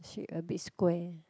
she a bit square